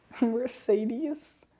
Mercedes